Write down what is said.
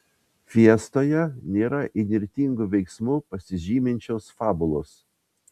fiestoje nėra įnirtingu veiksmu pasižyminčios fabulos